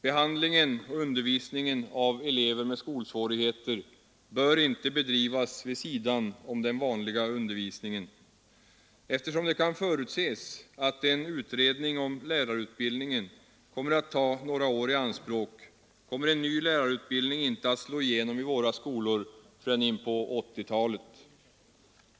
Behandlingen och undervisningen av elever med skolsvårigheter bör inte bedrivas vid sidan om den vanliga undervisningen. Eftersom det kan förutses att en utredning om lärarutbildningen kommer att ta några år i anspråk kommer en ny lärarutbildning inte att slå igenom i våra skolor förrän in på 1980-talet.